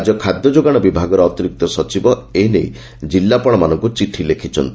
ରାଜ୍ୟ ଖାଦ୍ୟଯୋଗାଣ ବିଭାଗର ଅତିରିକ୍ତ ସଚିବ ଏନେଇ ଜିଲ୍ଲାପାଳ ମାନଙ୍କୁ ଚିଠି ଲେଖୁଛନ୍ତି